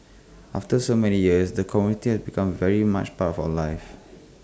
after so many years the community had become very much part for life